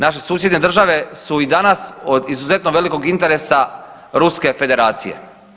Naše susjedne države su i danas od izuzetno velikog interesa Ruske Federacije.